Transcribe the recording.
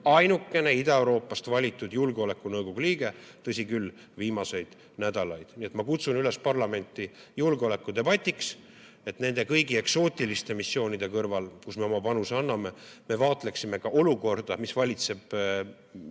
ainukene Ida-Euroopast valitud ÜRO Julgeolekunõukogu liige, tõsi küll, viimaseid nädalaid. Nii et ma kutsun üles parlamenti julgeolekudebatiks, et me nende kõigi eksootiliste missioonide kõrval, kus me oma panuse anname, vaatleksime ka olukorda, mis valitseb